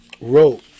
wrote